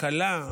הקלה,